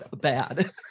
bad